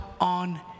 on